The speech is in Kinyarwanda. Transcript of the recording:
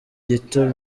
gito